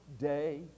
day